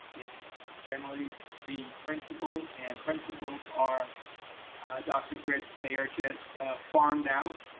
it's generally the principal and principals are dr. fritz they are just farmed out.